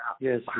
Yes